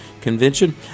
Convention